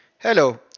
Hello